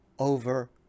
over